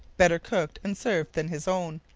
better cooked and served than his own.